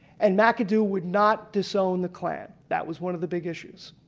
and macadoo would not disown the clan that was one of the big issues.